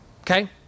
okay